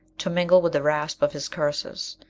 to mingle with the rasp of his curses.